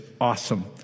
Awesome